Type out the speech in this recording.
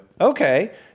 Okay